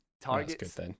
Targets